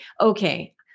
okay